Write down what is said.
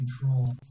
control